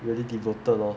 really devoted lor